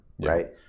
right